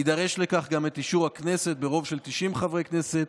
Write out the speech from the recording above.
יידרש לכך גם אישור הכנסת ברוב של 90 חברי כנסת